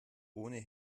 ohne